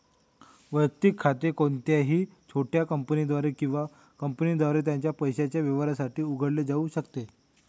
वैयक्तिक खाते कोणत्याही छोट्या कंपनीद्वारे किंवा कंपनीद्वारे त्याच्या पैशाच्या व्यवहारांसाठी उघडले जाऊ शकते